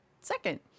second